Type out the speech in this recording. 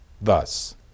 thus